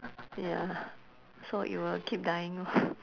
ya so it will keep dying lor